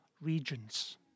regions